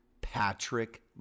Patrick